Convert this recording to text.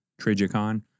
Trigicon